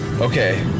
Okay